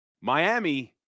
Miami